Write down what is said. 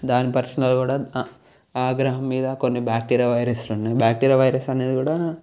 దాని పరిశోధనలు కూడా ఆ గ్రహం మీద కొన్ని బ్యాక్టీరియా వైరస్లు ఉన్నయి బ్యాక్టీరియా వైరస్ అనేది కూడా